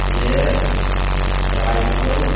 air rifle